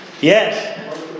Yes